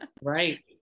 right